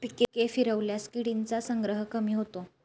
पिके फिरवल्यास किडींचा संग्रह कमी होतो